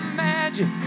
magic